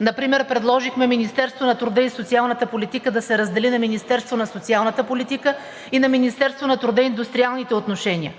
Например предложихме Министерството на труда и социалната политика да се раздели на Министерство на социалната политика и на Министерство на труда и индустриалните отношения.